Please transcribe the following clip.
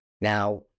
Now